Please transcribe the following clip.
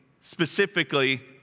specifically